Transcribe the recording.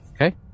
Okay